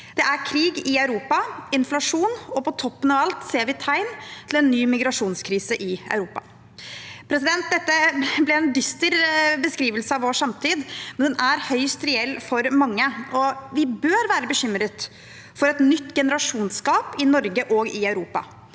Det er krig i Europa og inflasjon, og på toppen av alt ser vi tegn til en ny migrasjonskrise i Europa. Dette ble en dyster beskrivelse av vår samtid, men den er høyst reell for mange. Vi bør være bekymret for et nytt generasjonsgap i Norge og i Europa,